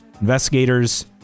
investigators